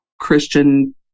Christian